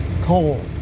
coal